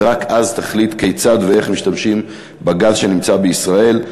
ורק אז תחליט כיצד ואיך משתמשים בגז שנמצא בישראל.